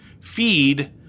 feed